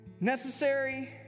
necessary